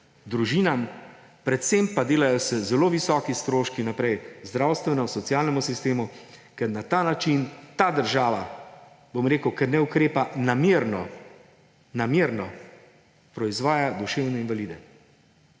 družinam. Predvsem pa se delajo zelo visoki stroški naprej zdravstvenemu, socialnemu sistemu, ker na ta način ta država, bom rekel, ker ne ukrepa, namerno proizvaja duševne invalide.